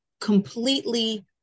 completely